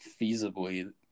feasibly